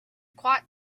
quite